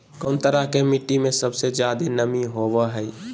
कौन तरह के मिट्टी में सबसे जादे नमी होबो हइ?